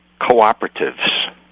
Cooperatives